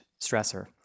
stressor